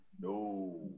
no